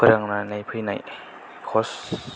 फोरोंनानै फैनाय खस